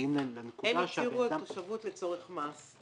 מגיעים לאיזו שהיא נקודה -- הם הצהירו על תושבות לצורך מס.